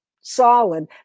solid